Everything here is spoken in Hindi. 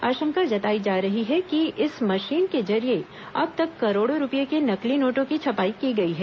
आशंका जताई जा रही है कि इस मशीन के जरिए अब तक करोड़ों रूपए के नकली नोटों की छपाई की गई है